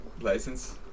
license